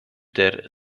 der